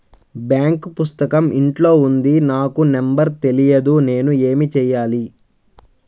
Bank పుస్తకం ఇంట్లో ఉంది నాకు నంబర్ తెలియదు నేను ఏమి చెయ్యాలి?